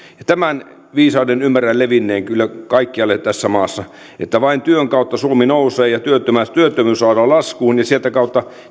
tämän viisauden ymmärrän levinneen kyllä kaikkialle tässä maassa että vain työn kautta suomi nousee ja työttömyys työttömyys saadaan laskuun sieltä kautta